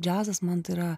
džiazas man tai yra